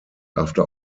after